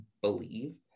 believe